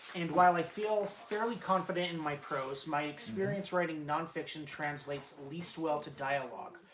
and while i feel fairly confident in my prose, my experience writing nonfiction translates least well to dialogue,